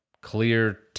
clear